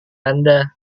anda